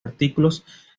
artículos